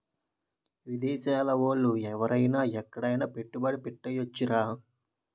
విదేశాల ఓళ్ళు ఎవరైన ఎక్కడైన పెట్టుబడి ఎట్టేయొచ్చురా